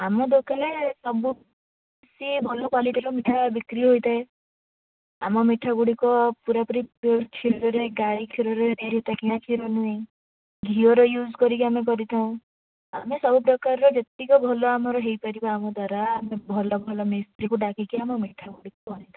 ଆମ ଦୋକାନରେ ସବୁ ସିଏ ଭଲ କ୍ଵାଲିଟିର ମିଠା ବିକ୍ରି ହୋଇଥାଏ ଆମ ମିଠା ଗୁଡ଼ିକ ପୁରାପୁରି ପିଓର କ୍ଷୀରରେ ଗାଈ କ୍ଷୀରରେ ପତଳା କ୍ଷୀର ନୁହେଁ ଘିଅର ୟୁଜ୍ କରିକି ଆମେ କରିଥାଉ ଆମେ ସବୁପ୍ରକାରର ଯେତିକ ଭଲ ଆମର ହେଇପାରିବ ଆମ ଦ୍ୱାରା ଆମେ ଭଲ ଭଲ ମିସ୍ତ୍ରୀକୁ ଡାକିକି ଆମ ମିଠା ଗୁଡ଼ିକ କରିଥାଉ